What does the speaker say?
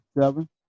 seven